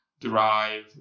drive